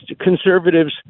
conservatives